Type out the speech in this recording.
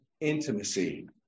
intimacy